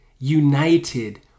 united